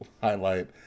highlight